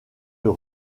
rue